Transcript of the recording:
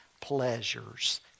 pleasures